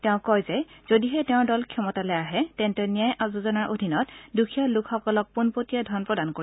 তেওঁ কয় যে যদিহে তেওঁৰ দল ক্ষমতালৈ আহে তেন্তে ন্যায় যোজনাৰ অধীনত দুখীয়া লোকসকলক পোনপটীয়াকৈ ধন প্ৰদান কৰিব